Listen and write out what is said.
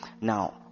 Now